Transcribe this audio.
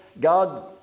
God